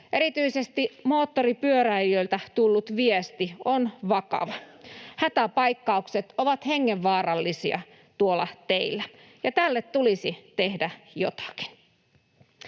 Erityisesti moottoripyöräilijöiltä tullut viesti on vakava. Hätäpaikkaukset ovat hengenvaarallisia tuolla teillä, ja tälle tulisi tehdä jotakin.